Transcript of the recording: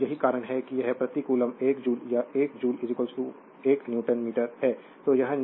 तो यही कारण है कि यह प्रति कोलोम्बस 1 जूल या 1 जूल 1 न्यूटन मीटर है